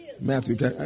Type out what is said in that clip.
Matthew